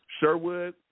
Sherwood